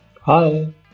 Hi